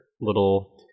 little